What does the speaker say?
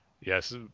Yes